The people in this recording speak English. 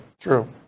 True